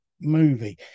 movie